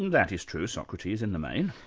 that is true, socrates, in the main.